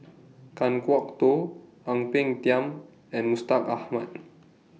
Kan Kwok Toh Ang Peng Tiam and Mustaq Ahmad